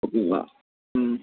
அப்படிங்களா ம்